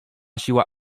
siła